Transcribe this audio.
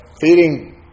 feeding